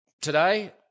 today